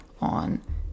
on